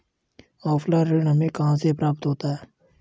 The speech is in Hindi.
ऑफलाइन ऋण हमें कहां से प्राप्त होता है?